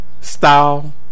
style